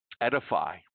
edify